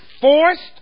forced